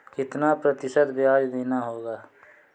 कितना प्रतिशत ब्याज देना होगा?